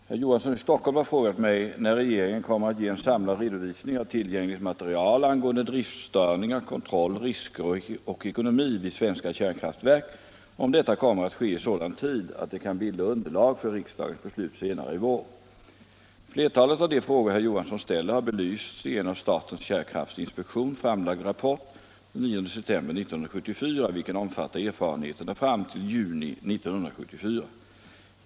Herr talman! Herr Olof Johansson i Stockholm har frågat mig när regeringen kommer att ge en samlad redovisning av tillgängligt material angående driftstörningar, kontroll, risker och ekonomi vid svenska kärn kraftverk och om detta kommer att ske i sådan tid att det kan bilda Nr 60 underlag för riksdagens beslut senare i vår. Torsdagen den Flertalet av de frågor herr Johansson ställer har belysts i en av statens 17 april 1975 kärnkraftinspektion framlagd rapport den 9 september 1974, vilken om I fattar erfarenheterna fram till juni 1974.